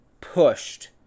pushed